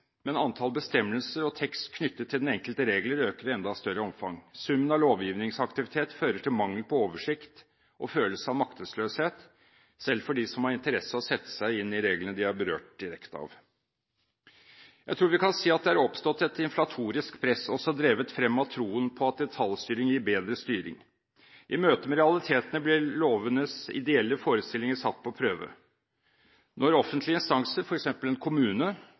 men antall bestemmelser og tekst knyttet til den enkelte regel øker i enda større omfang. Summen av lovgivningsaktivitet fører til mangel på oversikt og følelse av maktesløshet, selv for dem som har interesse av å sette seg inn i reglene de er berørt direkte av. Jeg tror vi kan si at det har oppstått et inflatorisk press, også drevet frem av troen på at detaljstyring gir bedre styring. I møtet med realitetene blir lovenes ideelle forestillinger satt på prøve. Når offentlige instanser, f.eks. en kommune,